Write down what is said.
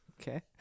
okay